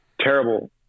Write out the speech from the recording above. terrible